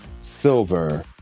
silver